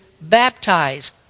baptize